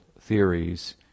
theories